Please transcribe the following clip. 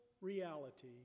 reality